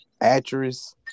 actress